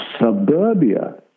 Suburbia